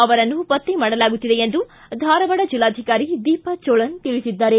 ಅವರನ್ನು ಪತ್ತೆ ಮಾಡಲಾಗುತ್ತಿದೆ ಎಂದು ಧಾರವಾಡ ಜಿಲ್ಲಾಧಿಕಾರಿ ದೀಪಾ ಜೋಳನ್ ತಿಳಿಸಿದ್ದಾರೆ